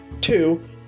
Two